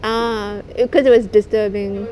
ah because it was disturbing